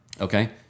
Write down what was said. okay